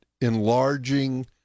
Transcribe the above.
enlarging